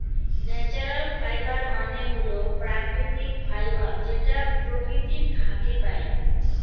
natural fibre মানে হল প্রাকৃতিক ফাইবার যেটা প্রকৃতি থাকে পাই